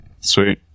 Sweet